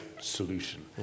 solution